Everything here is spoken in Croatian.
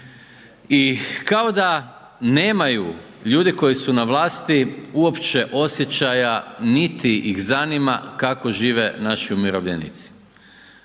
I kao da nemaju ljudi koji su na vlasti uopće osjećaja niti ih zanima kako žive naši umirovljenici.